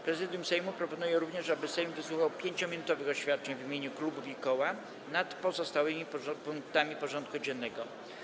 Prezydium Sejmu proponuje również, aby Sejm wysłuchał 5-minutowych oświadczeń w imieniu klubów i koła nad pozostałymi punktami porządku dziennego.